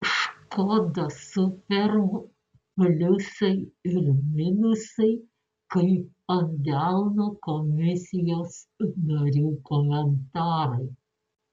škoda superb pliusai ir minusai kaip ant delno komisijos narių komentarai